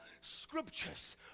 scriptures